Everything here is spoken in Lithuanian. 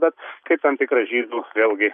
bet kai tam tikras žydų vėlgi